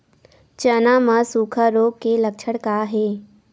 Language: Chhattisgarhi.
चना म सुखा रोग के लक्षण का हे?